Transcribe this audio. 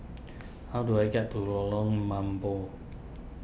how do I get to Lorong Mambong